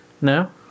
No